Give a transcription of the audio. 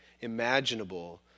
imaginable